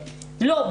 לא,